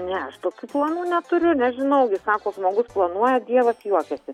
ne aš tokių planų neturiu nežinau sako žmogus planuoja dievas juokiasi